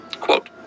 quote